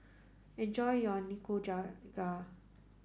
enjoy your Nikujaga